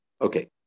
Okay